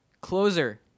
Closer